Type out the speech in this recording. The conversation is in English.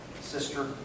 sister